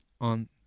on